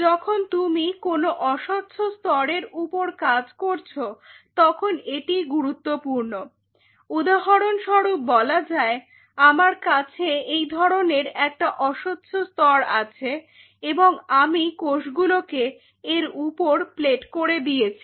যখন তুমি কোন অস্বচ্ছ স্তরের উপর কাজ করছ তখন এটি গুরুত্বপূর্ণ উদাহরণস্বরূপ বলা যায় আমার কাছে এই ধরনের একটা অস্বচ্ছ স্তর আছে এবং আমি কোষগুলোকে এর উপর প্লেট করে দিয়েছি